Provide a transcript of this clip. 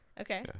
Okay